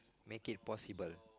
make it possible